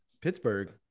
Pittsburgh